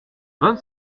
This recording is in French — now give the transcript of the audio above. vingt